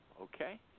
okay